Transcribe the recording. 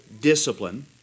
discipline